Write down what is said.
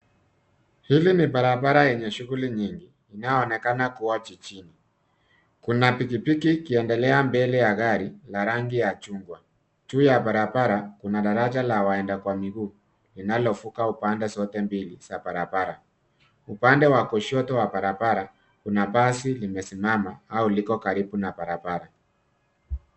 Hili ni barabara yenye shughuli nyingi inaonekana kuwa jijini. Kuna pikipiki ikiendelea mbele ya gari la rangi ya chungwa. Juu ya barabara kuna daraja la waenda kwa miguu linalovuka upande zote mbili za barabara. Upande wa kushoto wa barabara una basi limesimama au liko karibu na barabara.